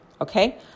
Okay